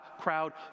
crowd